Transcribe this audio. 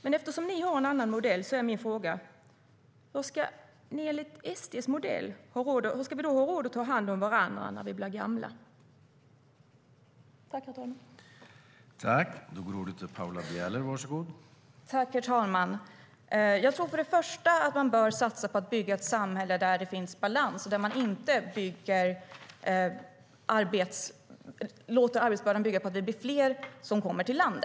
Men eftersom ni har en annan modell är min fråga: Hur ska vi enligt SD:s modell ha råd att ta hand om varandra när vi blir gamla?